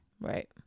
Right